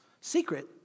Secret